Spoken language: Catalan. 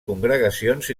congregacions